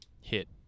hit